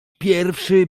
pierwszy